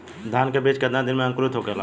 धान के बिज कितना दिन में अंकुरित होखेला?